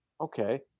okay